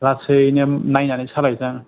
लासैनो नायनानै सालायनोसै आं